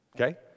Okay